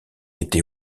été